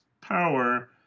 power